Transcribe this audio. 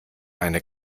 eine